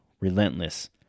relentless